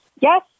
Yes